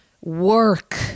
work